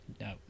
no